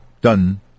done